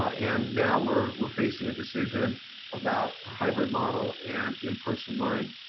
ah and now we're we're facing a decision about a hybrid model and in person learning.